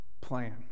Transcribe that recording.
plan